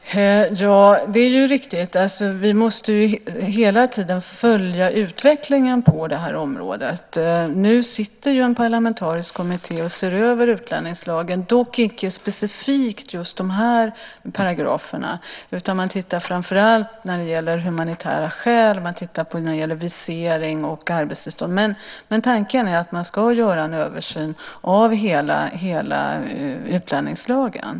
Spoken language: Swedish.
Herr talman! Det är riktigt att vi hela tiden måste följa utvecklingen på det här området. Nu sitter det ju en parlamentarisk kommitté och ser över utlänningslagen - dock icke specifikt just de här paragraferna, utan man tittar framför allt på humanitära skäl, visering och arbetstillstånd. Tanken är dock att man ska göra en översyn av hela utlänningslagen.